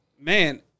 Man